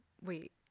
wait